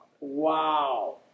Wow